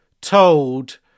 told